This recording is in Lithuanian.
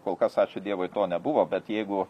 kol kas ačiū dievui to nebuvo bet jeigu